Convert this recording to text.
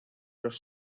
los